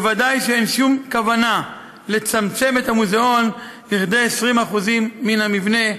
ודאי שאין שום כוונה לצמצם את המוזיאון לכדי 20% מן המבנה,